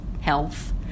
health